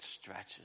stretches